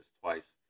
twice